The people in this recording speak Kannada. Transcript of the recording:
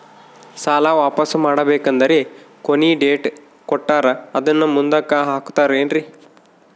ಸಾಲ ವಾಪಾಸ್ಸು ಮಾಡಬೇಕಂದರೆ ಕೊನಿ ಡೇಟ್ ಕೊಟ್ಟಾರ ಅದನ್ನು ಮುಂದುಕ್ಕ ಹಾಕುತ್ತಾರೇನ್ರಿ?